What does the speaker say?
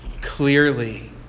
clearly